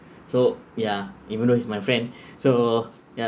so ya even though is my friend so ya